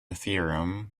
theorem